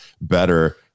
better